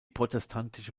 protestantische